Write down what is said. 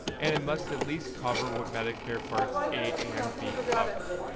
and it must at least cover what medicare parts a and b cover.